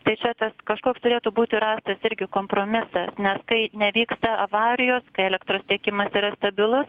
tai čia tas kažkoks turėtų būti rastas irgi kompromisas nes kai nevyksta avarijos kai elektros tiekimas yra stabilus